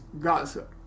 Gaza